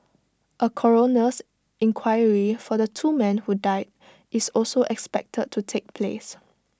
A coroner's inquiry for the two men who died is also expected to take place